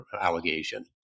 allegation